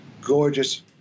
Gorgeous